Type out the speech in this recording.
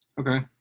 Okay